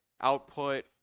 output